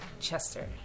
Chester